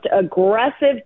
aggressive